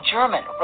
German